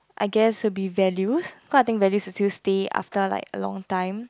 I guess will be value because I think value will still stay after like a long time